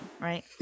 right